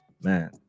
man